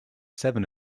seven